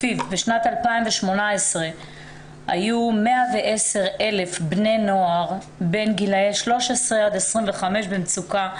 לפי הדוח בשנת 2018 היו 110,000 בני נוער בגילי 13 עד 25 במצוקה,